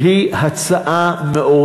היא הצעה מאוד